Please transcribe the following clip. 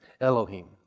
Elohim